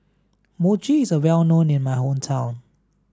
Mochi is well known in my hometown